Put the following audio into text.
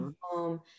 home